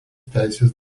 teisės